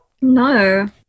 no